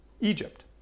Egypt